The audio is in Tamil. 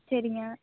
சரிங்க